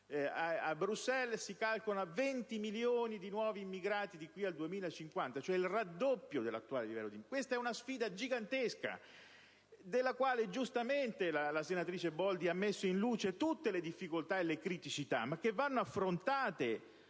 A Bruxelles si calcolano 20 milioni di nuovi immigrati di qui al 2050, cioè il raddoppio dell'attuale livello. Questa è una sfida gigantesca, della quale giustamente la senatrice Boldi ha messo in luce tutte le difficoltà e le criticità, che vanno affrontate